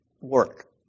work